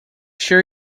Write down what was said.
sure